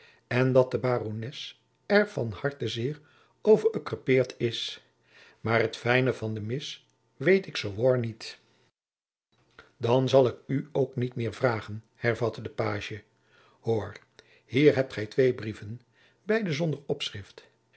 en dat de barones er van hartzeer over ekrepeerd is maar het fijne van de mis weet ik zoowoâr niet dan zal ik u ook niet meer vragen hervatte de pagie hoor hier hebt gij twee brieven beide zonder opschrift